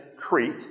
Crete